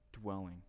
dwelling